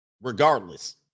Regardless